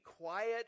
quiet